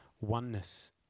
oneness